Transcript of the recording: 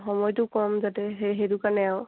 সময়টো কম যাতে সেই সেইটো কাৰণে আৰু